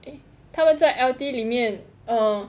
eh 他们在 L_T 里面 err